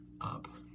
up